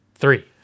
Three